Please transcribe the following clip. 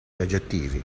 aggettivi